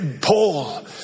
Paul